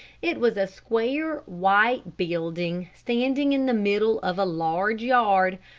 it was a square, white building, standing in the middle of a large yard.